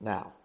Now